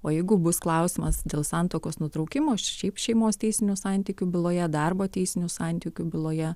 o jeigu bus klausimas dėl santuokos nutraukimo šiaip šeimos teisinių santykių byloje darbo teisinių santykių byloje